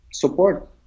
support